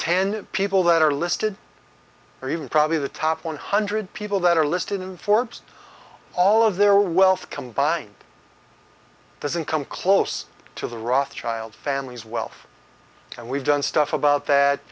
ten people that are listed or even probably the top one hundred people that are listed in forbes all of their wealth combined doesn't come close to the rothschild family's wealth and we've done stuff about that